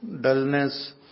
dullness